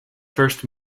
first